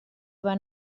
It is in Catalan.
van